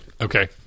Okay